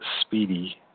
speedy